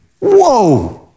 Whoa